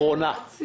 היא האחרונה.